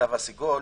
התו הסגול,